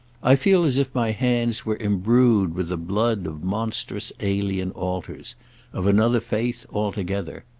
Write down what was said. i feel as if my hands were embrued with the blood of monstrous alien altars of another faith altogether.